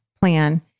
plan